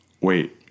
Wait